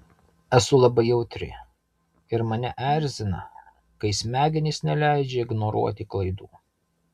esu labai jautri ir mane erzina kai smegenys neleidžia ignoruoti klaidų